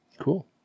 Cool